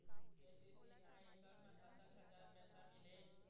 KCC मा एकड़ मा कतक हजार पैसा मिलेल?